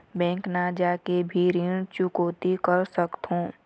Bank न जाके भी ऋण चुकैती कर सकथों?